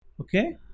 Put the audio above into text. Okay